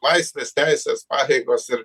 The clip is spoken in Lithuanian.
laisvės teisės pareigos ir